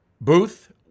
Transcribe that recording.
Booth